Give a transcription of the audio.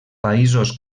països